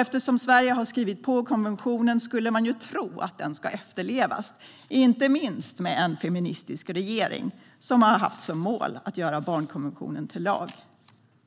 Eftersom Sverige har skrivit på konventionen skulle man tro att den ska efterlevas, inte minst med en feministisk regering som har haft som mål att göra barnkonventionen till lag.